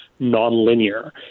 nonlinear